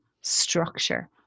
structure